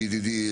מידידי,